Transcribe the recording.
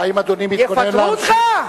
יפטרו אותך?